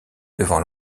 devant